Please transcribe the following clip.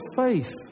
faith